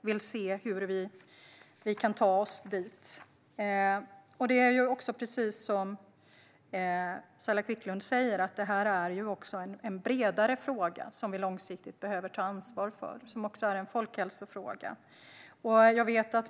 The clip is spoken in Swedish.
Vi får se hur vi kan ta oss dit. Precis som Saila Quicklund säger är detta också en bredare fråga som man långsiktigt måste ta ansvar för. Det är även en folkhälsofråga.